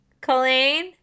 Colleen